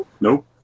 Nope